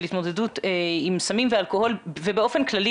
התמודדות עם סמים ואלכוהול ובאופן כללי,